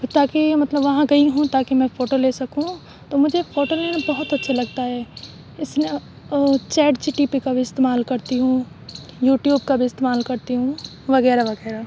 تاکہ مطلب وہاں گئی ہوں تاکہ میں فوٹو لے سکوں تو مجھے فوٹو لینا بہت اچھا لگتا ہے اس لیے چیٹ جی ٹی پی کا بھی استعمال کرتی ہوں یوٹیوب کا بھی استعمال کرتی ہوں وغیرہ وغیرہ